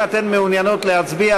אם אתן מעוניינות להצביע,